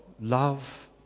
love